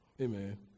Amen